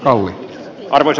alli arveli